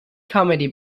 comedy